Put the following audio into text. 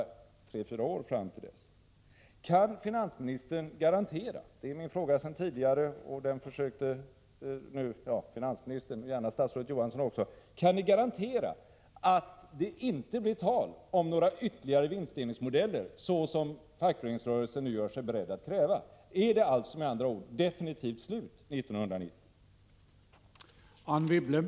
1986/87:21 är bara några år fram till dess. Kan ni garantera att det inte blir tal om några 7 november 1986 ytterligare vinstdelningsmodeller, som fackföreningsrörelsen nu gör sig dd. oo beredd att pröva? Är det med andra ord definitivt slut år 1990? GQ mlänlögarföngerna